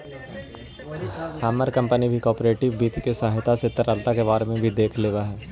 हमर कंपनी भी कॉर्पोरेट वित्त के सहायता से तरलता के बारे में भी देख लेब हई